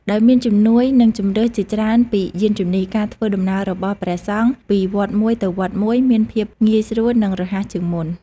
ដោយមានជំនួយ និងជម្រើសជាច្រើនពីយានជំនិះ ការធ្វើដំណើររបស់ព្រះសង្ឃពីវត្តមួយទៅវត្តមួយ មានភាពងាយស្រួល និងរហ័សជាងមុន។